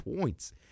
points